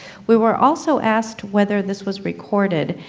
we were also asked whether this was recorded,